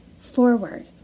forward